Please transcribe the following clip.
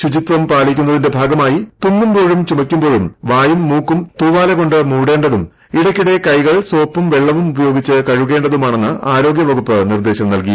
ശുചിത്വം പാലിക്കുന്നതിന്റെ ഭാഗമായി തുമ്മുമ്പോഴും ചുമയ്ക്കുമ്പോഴും വായും മൂക്കും തൂവാലകൊണ്ട് മൂടേണ്ടതും ഇടയ്ക്കിടെ കൈകൾ സോപ്പും വെളളവും ഉപയോഗിച്ച് കഴുകേണ്ടതുമാണെന്ന് ആരോഗ്യവകുപ്പ് നിർദേശം നൽകി